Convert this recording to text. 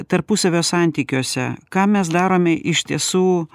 tarpusavio santykiuose ką mes darome iš tiesų